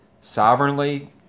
sovereignly